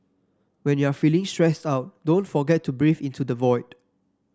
when you are feeling stressed out don't forget to breathe into the void